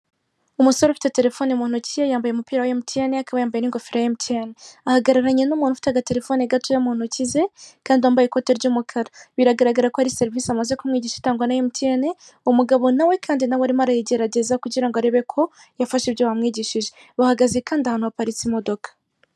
Umusore ufite telefone mu ntoki yambaye umupira wa mtn akaba yambaye n'ingofero ya mtn ahagararanye n'umuntu ufite agaterefone gatoya mu ntoki ze, kandi wambaye ikote ry'umukara biragaragara ko ari serivisi amaze kumwigisha itangwa na mtn, umugabo nawe kandi nawe arimo aregerageza kugira ngo arebe ko yafashe ibyo bamwigishije bahagaze kandi ahantu haparitse imodoka.